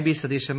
B Satish M